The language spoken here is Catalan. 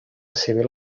civil